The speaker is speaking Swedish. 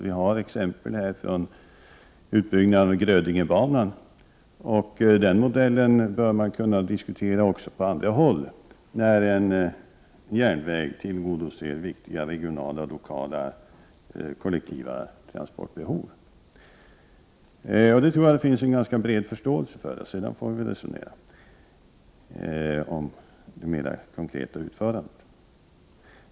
Det finns exempel från utbyggnaden av Grödingebanan, och den modellen bör man kunna diskutera också på andra håll, när en järnväg tillgodoser viktiga regionala och lokala kollektiva transportbehov. Det finns nog en ganska bred förståelse för detta, och vi får sedan resonera om det mera konkreta utförandet.